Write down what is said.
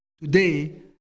today